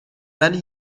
ولی